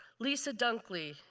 lisa dunkly,